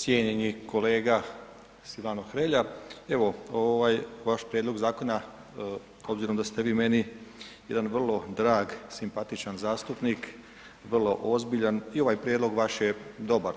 Cijenjeni kolega Silvano Hrelja, evo, vaš prijedlog zakona, obzirom da ste vi meni jedna vrlo drag, simpatičan zastupnik, vrlo ozbiljan i ovaj prijedlog vaš je dobar,